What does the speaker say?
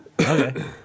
Okay